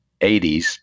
80s